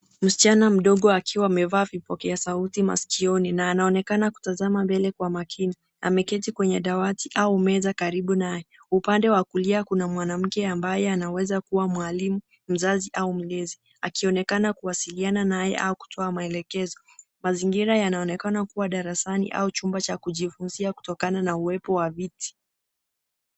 Msichana mdogo akiwa amevaa vipokea sauti masikioni na anaonekana kutazama mbele kwa makini. Ameketi kwenye dawati au meza karibu naye. Upande wa kulia kuna mwanamke ambaye anaweza kuwa mwalimu, mzazi au mlezi akionekana kuwasilisha naye au kutoa maelekezo. Mazingira yanaonekana kuwa darasani au chumba cha kujifunzia kutokana na uwepo wa viti.